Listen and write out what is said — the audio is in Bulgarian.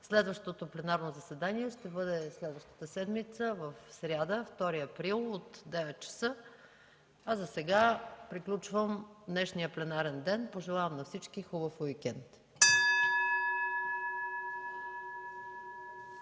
Следващото пленарно заседание ще бъде идната седмица в сряда, 2 април 2014 г., от 9,00 ч. Засега приключвам днешния пленарен ден. Пожелавам на всички хубав уикенд!